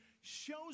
shows